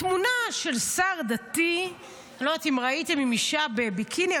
התמונה של שר דתי עם אישה בביקיני.